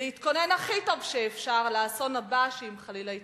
להתכונן הכי טוב שאפשר לאסון הבא אם חלילה יתרחש.